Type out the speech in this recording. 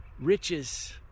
riches